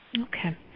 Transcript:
Okay